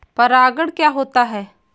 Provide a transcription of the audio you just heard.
परागण क्या होता है?